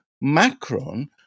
Macron